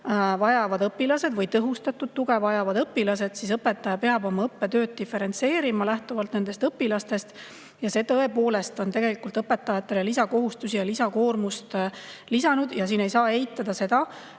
vajavad õpilased või tõhustatud tuge vajavad õpilased, siis õpetaja peab õppetööd diferentseerima lähtuvalt nendest õpilastest. See tõepoolest on õpetajatele lisakohustusi ja lisakoormust lisanud ja ei saa eitada,